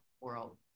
world